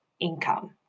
income